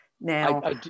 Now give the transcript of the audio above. Now-